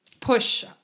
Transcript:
push